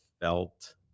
felt